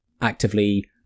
Actively